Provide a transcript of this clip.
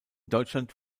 deutschland